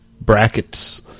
brackets